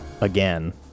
again